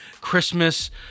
Christmas